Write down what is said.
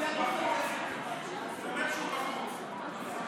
הוא אומר שהוא בחוץ.